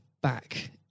back